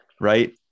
right